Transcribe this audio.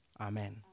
Amen